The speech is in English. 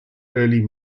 early